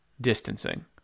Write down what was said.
distancing